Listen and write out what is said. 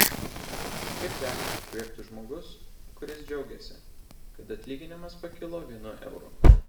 kaip gali įkvėpti žmogus kuris džiaugiasi kad atlyginimas pakilo vienu euru